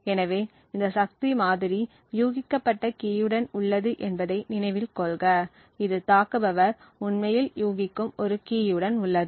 எனவே இந்த சக்தி மாதிரி யூகிக்கப்பட்ட கீயுடன் உள்ளது என்பதை நினைவில் கொள்க இது தாக்குபவர் உண்மையில் யூகிக்கும் ஒரு கீயுடன் உள்ளது